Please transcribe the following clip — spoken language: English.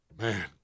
Man